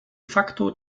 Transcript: facto